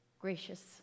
Gracious